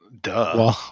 Duh